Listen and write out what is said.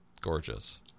gorgeous